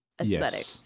aesthetic